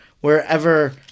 wherever